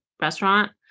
restaurant